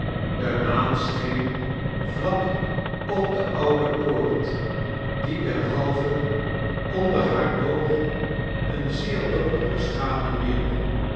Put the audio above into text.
de maan scheen vlak op de oude poort die derhalve onder haar boog eene zeer donkere schaduw wierp